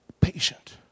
patient